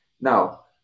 Now